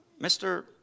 Mr